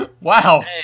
Wow